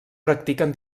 practiquen